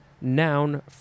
noun